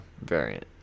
variant